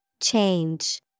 Change